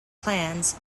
clans